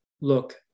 Look